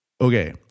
Okay